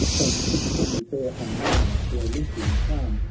transfix me there unknown to olympian calm,